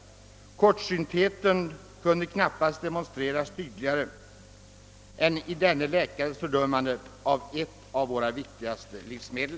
Kortsyntheten kunde knappast demonstreras tydligare än i denne läkares fördömande av ett av våra viktigaste livsmedel.